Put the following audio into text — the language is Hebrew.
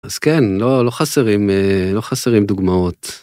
אז כן לא לא חסרים לא חסרים דוגמאות.